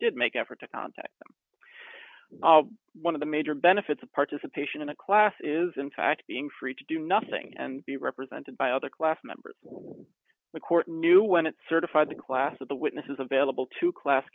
did make an effort to contact one of the major benefits of participation in a class is in fact being free to do nothing and be represented by other class members the court knew when it certified the class of the witnesses available to class